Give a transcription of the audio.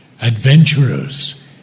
Adventurers